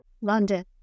London